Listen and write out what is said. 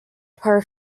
per